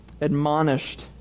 Admonished